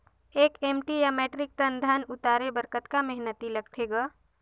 एक एम.टी या metric ton धन उतारे बर कतका मेहनती लगथे ग?